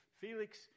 Felix